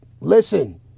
Listen